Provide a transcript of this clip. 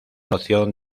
noción